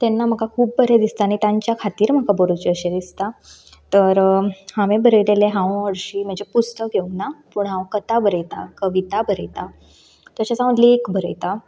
तेन्ना म्हाका खूब बरें दिसता आनी तांच्या खातीर म्हाका बरोचेंशें दिसता तर हांवें बरयलेलें हांव हरशीं म्हजें पुस्तक येवंक ना पूण हांव कथा बरयतां कविता बरयतां तशेंच हांव लेख बरयतां